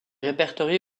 répertorié